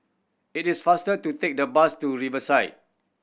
it is faster to take the bus to Riverside